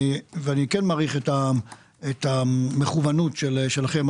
ואני כן מעריך את המכונות שלכם,